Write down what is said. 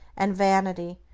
and vanity,